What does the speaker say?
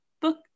book